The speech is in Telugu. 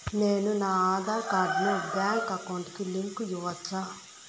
నేను నా ఆధార్ కార్డును బ్యాంకు అకౌంట్ కి లింకు ఇవ్వొచ్చా?